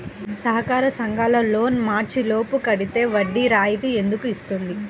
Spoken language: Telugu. సహకార సంఘాల లోన్ మార్చి లోపు కట్టితే వడ్డీ రాయితీ ఎందుకు ఇస్తుంది?